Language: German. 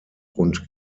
und